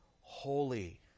holy